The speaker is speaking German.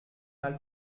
mal